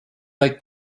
like